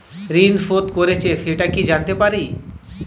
ঋণ শোধ করেছে সেটা কি জানতে পারি?